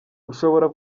ushobora